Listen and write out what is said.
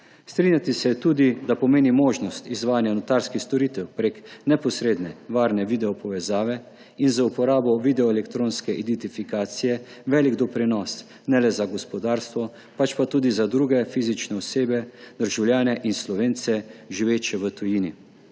Strinjati se je tudi, da pomeni možnost izvajanja notarskih storitev prek neposredne varne videopovezave in z uporabo videoelektronske identifikacije velik doprinos ne le za gospodarstvo, pač pa tudi za druge fizične osebe, državljane in Slovence, živeče v tujini.